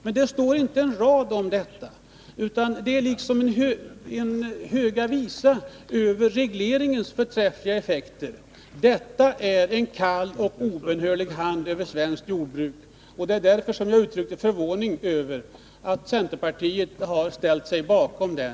Men det står inte en rad om detta, utan det är en ”Höga Visan” över regleringens förträffliga effekter. Detta förslag är en kall och obönhörlig hand över svenskt jordbruk. Det är därför som jag uttrycker förvåning över att centerpartiet har ställt sig bakom det.